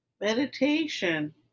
meditation